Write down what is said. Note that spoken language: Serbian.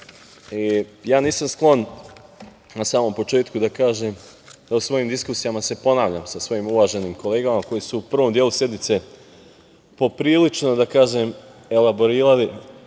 sredini. Nisam sklon, na samom početku da kažem, da se u svojim diskusijama ponavljam sa svojim uvaženim kolegama koji su u prvom delu sednice poprilično, da